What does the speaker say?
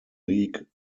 league